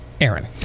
Aaron